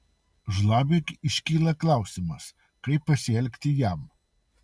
žlabiui iškyla klausimas kaip pasielgti jam